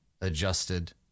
adjusted